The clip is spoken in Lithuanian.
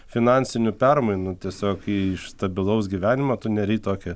finansinių permainų tiesiog iš stabilaus gyvenimo tu neri į tokią